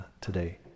today